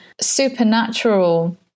supernatural